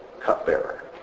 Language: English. cupbearer